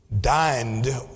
Dined